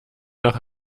nach